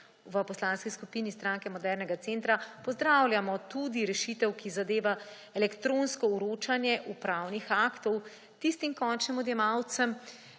V poslanski skupini SMC pozdravljamo tudi rešitve, ki zadeva elektronsko vročanje upravnih aktov tistim končnim odjemalcem,